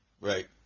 Right